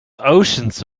oceans